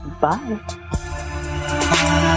bye